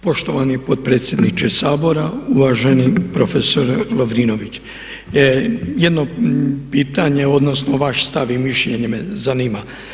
Poštovani potpredsjedniče Sabora, uvaženi profesore Lovrinović jedno pitanje, odnosno vaš stav i mišljenje me zanima.